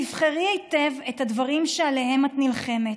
תבחרי היטב את הדברים שעליהם את נלחמת.